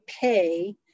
pay